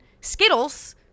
Skittles